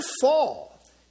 fall